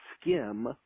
skim